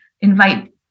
invite